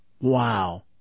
Wow